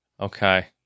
Okay